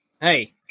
hey